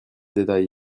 détail